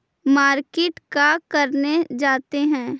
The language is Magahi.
मार्किट का करने जाते हैं?